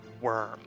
worm